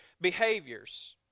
behaviors